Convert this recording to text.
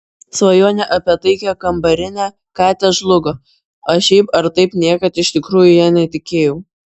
svajonė apie taikią kambarinę katę žlugo aš šiaip ar taip niekad iš tikrųjų ja netikėjau